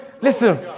Listen